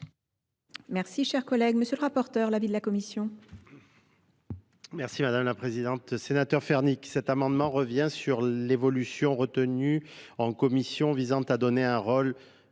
Merci, cher collègue M. le rapporteur, l'avis de la commission.